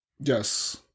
Yes